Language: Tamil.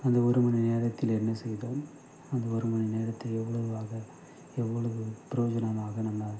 அந்த ஒரு மணி நேரத்தில் என்ன செய்தோம் அந்த ஒரு மணி நேரத்தை எவ்வளோவாக எவ்வளவு ப்ரோஜனமாக நம்ம